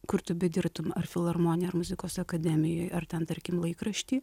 kur tu bedirbtum ar filharmonija ar muzikos akademijoj ar ten tarkim laikrašty